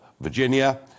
Virginia